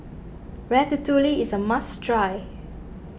Ratatouille is a must try